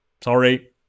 Sorry